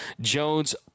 Jones